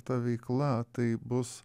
ta veikla tai bus